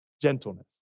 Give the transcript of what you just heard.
gentleness